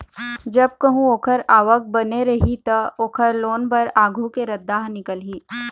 जब कहूँ ओखर आवक बने रही त, ओखर लोन बर आघु के रद्दा ह निकलही